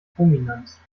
chrominanz